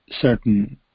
certain